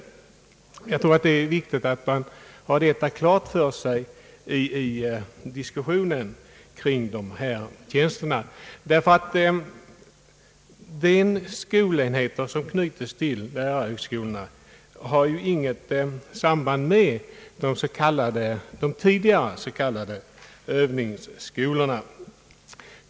Det är viktigt att man har detta klart för sig i diskussionen om dessa tjänster. De skolenheter som knutits till lärarhögskolorna har nämligen inget samband med de tidigare s.k. övningsskolorna.